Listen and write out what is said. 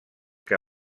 que